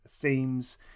themes